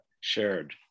shared